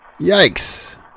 Yikes